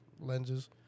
lenses